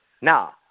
Now